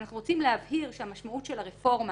ואנחנו רוצים להבהיר שהמשמעות של הרפורמה